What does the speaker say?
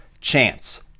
chance